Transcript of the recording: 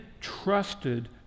trusted